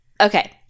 Okay